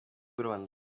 nimugoroba